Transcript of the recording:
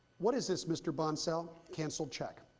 what is this mr. bonsell? canceled check.